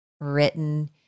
written